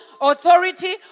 authority